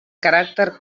caràcter